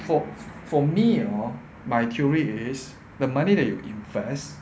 for for me hor my theory is the money that you invest